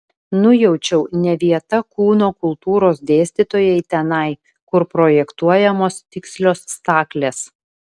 nujaučiau ne vieta kūno kultūros dėstytojai tenai kur projektuojamos tikslios staklės